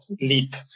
leap